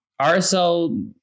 RSL